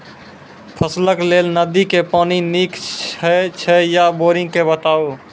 फसलक लेल नदी के पानि नीक हे छै या बोरिंग के बताऊ?